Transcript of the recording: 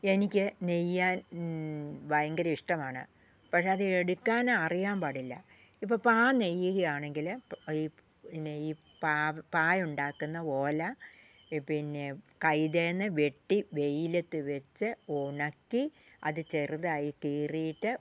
എനിക്ക് നെയ്യാൻ ഭയങ്കര ഇഷ്ടമാണ് പക്ഷേ അത് എടുക്കാന് അറിയാൻ പാടില്ല ഇപ്പം പാ നെയ്യുകയാണെങ്കില് ഇപ്പോൾ അത് ഈ പിന്നെ ഈ പായ ഉണ്ടാക്കുന്ന ഓല പിന്നെ കൈതയിൽ നിന്ന് വെട്ടി വെയിലത്ത് വെച്ച് ഉണക്കി അത് ചെറുതായി കീറിയിട്ട്